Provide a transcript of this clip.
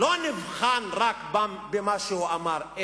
לא נבחן רק במה שהוא אמר,